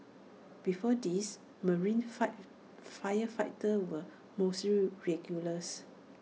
before this marine fire firefighters were mostly regulars